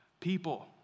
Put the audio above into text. People